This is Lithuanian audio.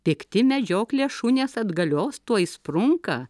pikti medžioklės šunes atgalios tuoj sprunka